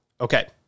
Okay